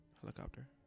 helicopter